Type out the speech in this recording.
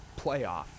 playoff